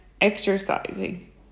exercising